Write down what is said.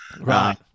Right